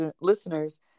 listeners